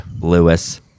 Lewis